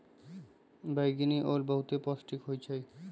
बइगनि ओल बहुते पौष्टिक होइ छइ